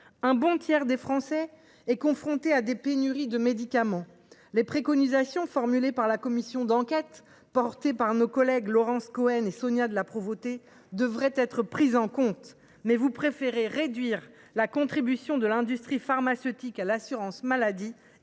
Un bon tiers des Français sont confrontés à des pénuries de médicaments. Les préconisations formulées par la commission d’enquête menée par notre ancienne collègue Laurence Cohen et par notre collègue Sonia de La Provôté mériteraient d’être prises en compte ; mais vous préférez réduire la contribution de l’industrie pharmaceutique à l’assurance maladie,